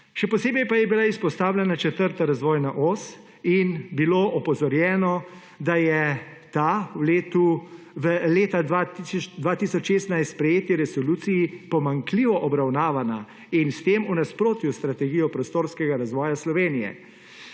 Še posebej pa je bila izpostavljena četrta razvojna os in bilo opozorjeno, da je ta v letu 2016 sprejeti resoluciji pomanjkljivo obravnavana in s tem v nasprotju s strategijo prostorskega razvoja Slovenije.